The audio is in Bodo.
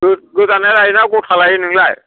गोदानाय लायो ना गथा लायो नोंलाय